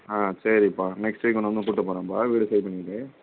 ஆ சரிப்பா next week உன்ன வந்து கூப்பிட்டு போகிறேம்ப்பா வீடு சரி பண்ணிவிட்டு